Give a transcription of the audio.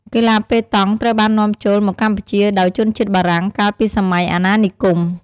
កីឡាប៉េតង់ត្រូវបាននាំចូលមកកម្ពុជាដោយជនជាតិបារាំងកាលពីសម័យអាណានិគម។